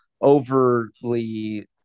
overly